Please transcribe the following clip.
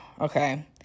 Okay